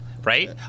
right